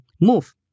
move